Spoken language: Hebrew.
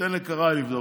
ניתן לקרעי לבדוק.